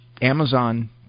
Amazon